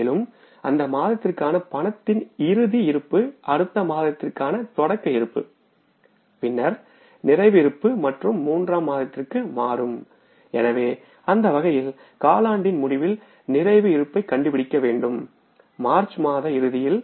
மேலும் அந்த மாதத்திற்கான ரொக்கத்தின் இறுதி இருப்பு அடுத்த மாதத்திற்கான தொடக்க இருப்பு பின்னர் நிறைவு இருப்பு மற்றும் மூன்றாம் மாதத்திற்கு மாறும் எனவே அந்த வகையில் காலாண்டின் முடிவில் நிறைவு இருப்பைக் கண்டுபிடிக்க வேண்டும்மார்ச் மாத இறுதியில்